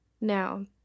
Now